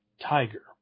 tiger